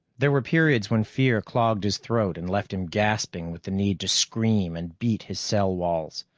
there were periods when fear clogged his throat and left him gasping with the need to scream and beat his cell walls.